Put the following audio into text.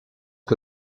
que